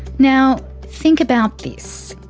now think about this.